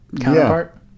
Counterpart